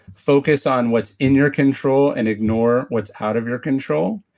focus on what's in your control and ignore what's out of your control.